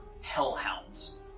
hellhounds